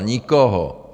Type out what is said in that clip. Nikoho.